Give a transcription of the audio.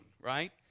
right